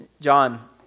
John